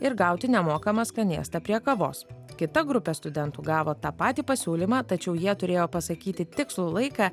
ir gauti nemokamą skanėstą prie kavos kita grupė studentų gavo tą patį pasiūlymą tačiau jie turėjo pasakyti tikslų laiką